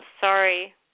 sorry